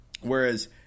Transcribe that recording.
whereas